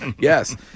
yes